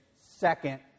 second